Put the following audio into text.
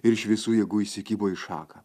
ir iš visų jėgų įsikibo į šaką